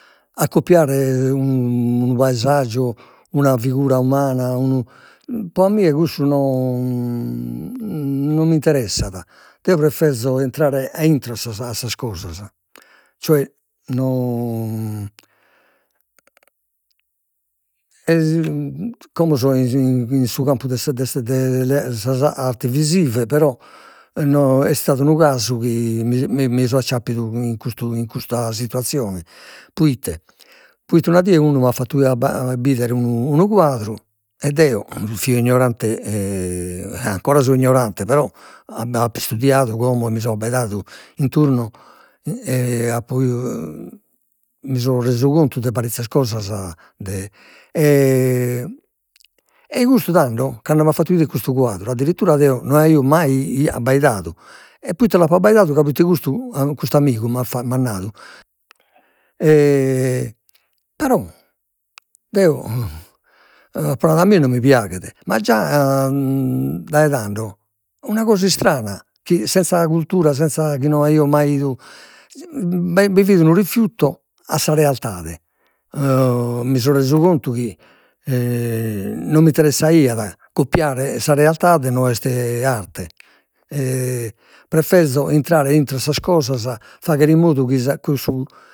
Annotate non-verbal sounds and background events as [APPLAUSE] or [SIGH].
A copiare [HESITATION] unu paesaggiu, una figura umana [HESITATION] pro a mie cussu no [HESITATION] non mi interessat, deo preferzo 'intrare a intro 'e a sas cosas, cioè no [HESITATION] [UNINTELLIGIBLE] como so in su campu de sas [HESITATION] arti visive, però no est istadu unu casu chi mi mi so acciappidu in custu in custa situazione, proite, proite una die unu at fattu a bi- bidere unu unu quadru e deo fio ignorante [HESITATION] e ancora so ignorante però ap- apo istudiadu como e mi so abbaidadu in tundu e apo [UNINTELLIGIBLE] mi so resu contu da parizas cosas de, e ei custu tando, cando m'at fattu 'iere custu quadru addirittura deo no aio mai [HESITATION] abbaidadu, e proite l'apo abbaidadu, ca proite custu cu- custu amigu m'at [UNINTELLIGIBLE] m'at nadu [HESITATION] però deo [NOISE] apo nadu a mie non mi piaghet, ma già [HESITATION] dai tando, una cosa istrana, chi senza cultura, senza chi no aio mai 'idu [HESITATION] bi fit unu rifiuto a sa realidade [HESITATION] mi so resu contu chi [HESITATION] non mi interessaiat copiare sa realidade no est arte, e preferzo intrare intro a sas cosas fagher in modu chi [HESITATION] cussu